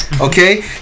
Okay